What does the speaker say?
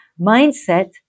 mindset